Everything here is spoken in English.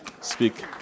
speak